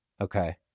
Okay